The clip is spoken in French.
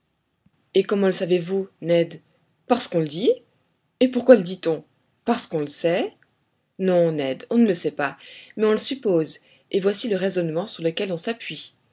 et comment le savez-vous ned parce qu'on le dit et pourquoi le dit-on parce qu'on le sait non ned on ne le sait pas mais on le suppose et voici le raisonnement sur lequel on s'appuie